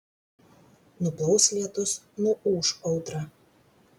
nuplaus lietus nuūš audra